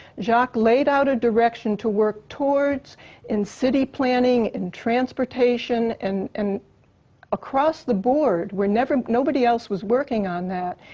jacque laid out a direction to work towards in city planning and transportation and and across the board, when nobody else was working on that.